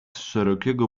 szerokiego